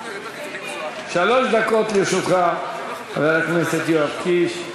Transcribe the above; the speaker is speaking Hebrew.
שלוש דקות לרשותך, חבר הכנסת יואב קיש.